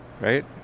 right